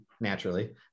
naturally